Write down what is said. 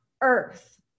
earth